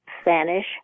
Spanish